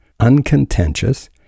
uncontentious